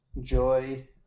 joy